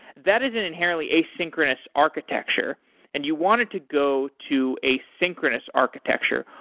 that is an inherently asynchronous architecture and you wanted to go to asynchronous architecture.